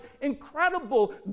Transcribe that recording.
incredible